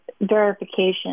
verification